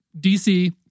DC